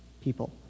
people